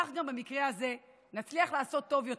כך גם במקרה הזה נצליח לעשות טוב יותר: